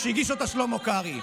שהגיש אותה שלמה קרעי.